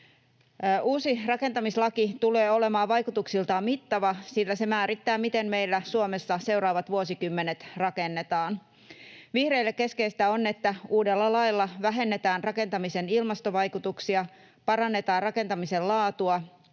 Uusi rakentamislaki tulee olemaan vaikutuksiltaan mittava, sillä se määrittää, miten meillä Suomessa seuraavat vuosikymmenet rakennetaan. Vihreille keskeistä on, että uudella lailla vähennetään rakentamisen ilmastovaikutuksia, parannetaan rakentamisen laatua,